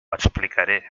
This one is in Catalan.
explicaré